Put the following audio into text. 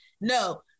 no